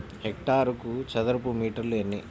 హెక్టారుకు చదరపు మీటర్లు ఎన్ని?